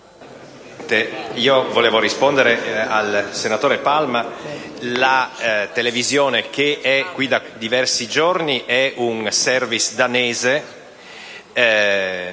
vorrei rispondere al senatore Palma: la televisione che è qui da diversi giorni è un *service* danese